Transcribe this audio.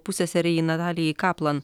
pusseserei natalijai kaplan